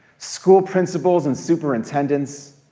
school principals, and superintendents,